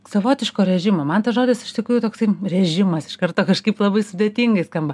savotiško režimo man tas žodis iš tikrųjų toksai režimas iš karto kažkaip labai sudėtingai skamba